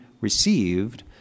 received